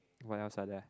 what else are there